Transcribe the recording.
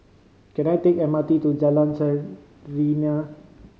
can I take M R T to Jalan Serene